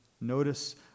Notice